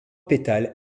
pétales